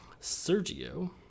Sergio